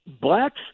blacks